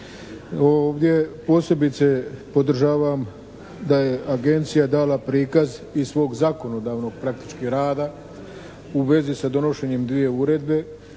Ovdje posebice podržavam da je Agencija dala prikaz i svog zakonodavnog praktički rada u vezi sa donošenjem dvije uredbe,